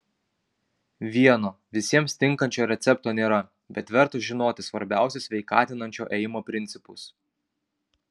vieno visiems tinkančio recepto nėra bet verta žinoti svarbiausius sveikatinančio ėjimo principus